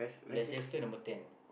Leicester number ten